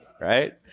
Right